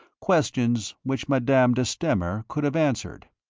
questions which madame de stamer could have answered.